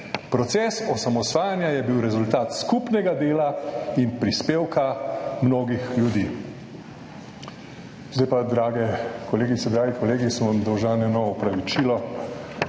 proces osamosvajanja je bil rezultat skupnega dela in prispevka mnogih ljudi.